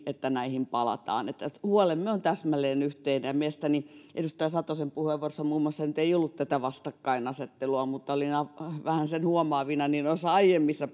että näihin palataan eli huolemme on täsmälleen yhteinen mielestäni muun muassa edustaja satosen puheenvuorossa nyt ei ollut tätä vastakkainasettelua mutta olin vähän sen huomaavinani noissa aiemmissa